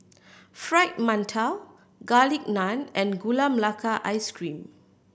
Fried Mantou Garlic Naan and Gula Melaka Ice Cream